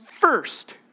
first